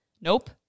Nope